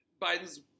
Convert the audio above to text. Biden's